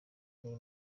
n’iyi